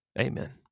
Amen